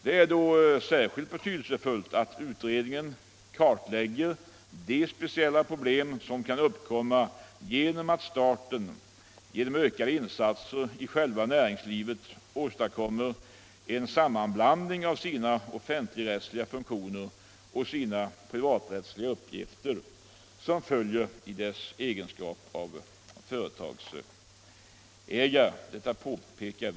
Det är då särskilt betydelsefullt att utredningen kartlägger de speciella problem som kan uppkomma på grund av att staten genom ökade insatser i själva näringslivet åstadkommer en sammanblandning av sina offentligrättsliga funktioner och de privaträttsliga uppgifter som följer av statens företagsägande.